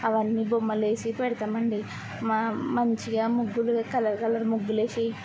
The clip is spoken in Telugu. అవన్నీ బొమ్మలు వేసి పెడతామండి మనం మంచిగా ముగ్గులు కలర్ కలర్ ముగ్గులు వే సి